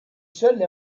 seule